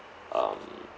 um